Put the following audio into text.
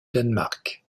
danemark